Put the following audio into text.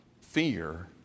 fear